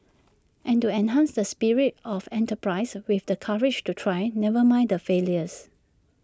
and to enhance the spirit of enterprise with the courage to try never mind the failures